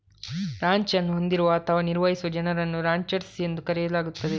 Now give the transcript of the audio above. ranch ಅನ್ನು ಹೊಂದಿರುವ ಅಥವಾ ನಿರ್ವಹಿಸುವ ಜನರನ್ನು ರಾಂಚರ್ಸ್ ಎಂದು ಕರೆಯಲಾಗುತ್ತದೆ